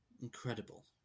incredible